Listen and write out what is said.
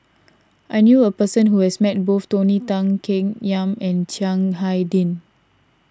I knew a person who has met both Tony Tan Keng Yam and Chiang Hai Ding